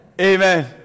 Amen